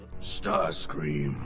Starscream